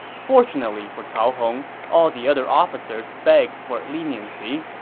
fortunately for cao hong, all the other officers begged for leniency,